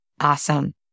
Awesome